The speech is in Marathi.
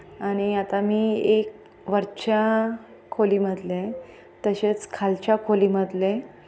आणि आता मी एक वरच्या खोलीमधले तसेच खालच्या खोलीमधले